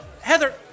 Heather